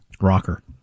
rocker